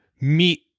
meet